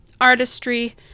artistry